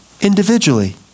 individually